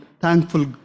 thankful